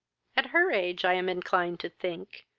at her age, i am inclined to think,